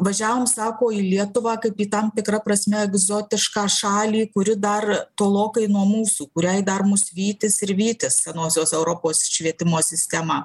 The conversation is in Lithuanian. važiavom sako į lietuvą kaip į tam tikra prasme egzotišką šalį kuri dar tolokai nuo mūsų kuriai dar mus vytis ir vytis senosios europos švietimo sistemą